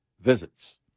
visits